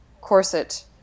corset